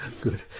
Good